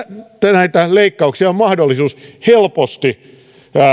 näitä leikkauksia on mahdollista helposti